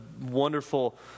wonderful